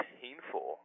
painful